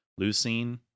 leucine